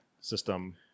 system